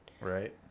right